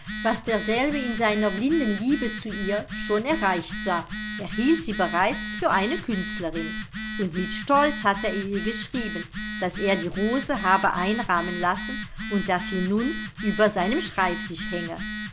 was derselbe in seiner blinden liebe zu ihr schon erreicht sah er hielt sie bereits für eine künstlerin und mit stolz hatte er ihr geschrieben daß er die rose habe einrahmen lassen und daß sie nun über seinem schreibtisch hänge